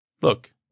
Look